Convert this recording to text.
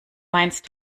meinst